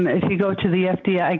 and if you go to the fda, yeah like